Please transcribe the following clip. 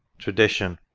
tradition.